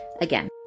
again